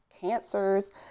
cancers